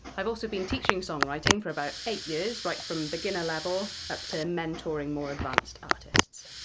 i've also been teaching songwriting for about eight years, right from beginner level up to mentoring more advanced artists.